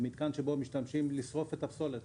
במתקן זה משתמשים על מנת לשרוף את הפסולת